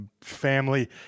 family